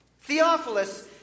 Theophilus